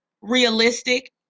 realistic